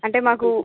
అంటే మాకు